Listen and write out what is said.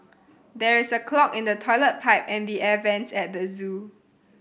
there is a clog in the toilet pipe and the air vents at the zoo